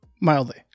mildly